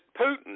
Putin